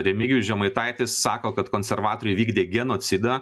remigijus žemaitaitis sako kad konservatoriai vykdė genocidą